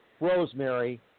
Rosemary